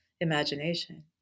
imagination